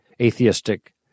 atheistic